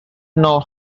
know